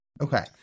Okay